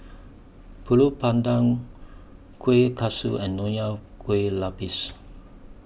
Pulut Panggang Kueh Kaswi and Nonya Kueh Lapis